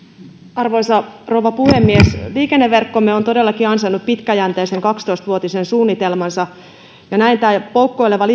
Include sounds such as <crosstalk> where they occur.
arvoisa rouva puhemies liikenneverkkomme on todellakin ansainnut pitkäjänteisen kaksitoista vuotisen suunnitelmansa tämän poukkoilevan <unintelligible>